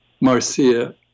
Marcia